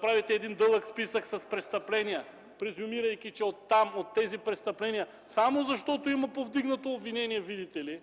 правите дълъг списък с престъпления, призюмирайки, че оттам, от тези престъпления, само защото има повдигнато обвинение, видите ли,